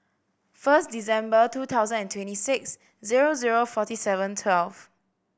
first December two thousand and twenty six zero zero forty seven twelve